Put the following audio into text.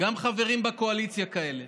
וגם בקואליציה חברים כאלה.